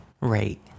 Right